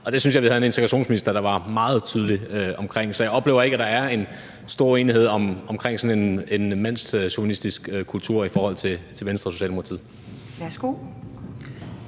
og det synes jeg vi havde en integrationsminister der var meget tydelig omkring. Så jeg oplever ikke, at der er en stor uenighed omkring sådan en mandschauvinistisk kultur mellem Venstre og Socialdemokratiet. Kl.